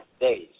days